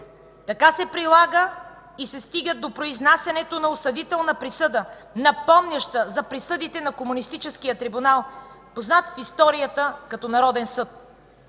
Така се прилага и се стига до произнасянето на осъдителна присъда, напомняща за присъдите на комунистическия трибунал, познат в историята като Народен съд.